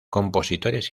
compositores